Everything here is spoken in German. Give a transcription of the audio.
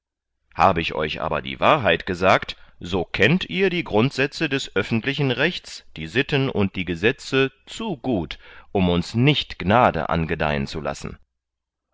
habe hab ich euch aber die wahrheit gesagt so kennt ihr die grundsätze des öffentlichen rechts die sitten und die gesetze zu gut um uns nicht gnade angedeihen zu lassen